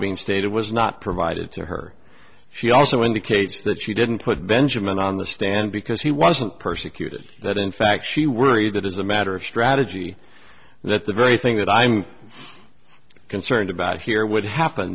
being stated was not provided to her she also indicates that she didn't put benjamin on the stand because he wasn't persecuted that in fact she worried that as a matter of strategy that the very thing that i'm concerned about here would happen